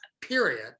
period